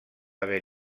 haver